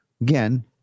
again